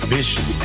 vision